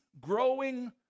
growing